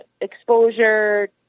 exposure